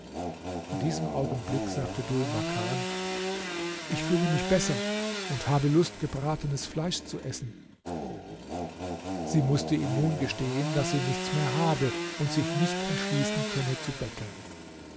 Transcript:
in diesem augenblick sagte dhul makan ich fühle mich besser und habe lust gebratenes fleisch zu essen sie mußte ihm nun gestehen daß sie nichts mehr habe und sich nicht entschließen könne zu betteln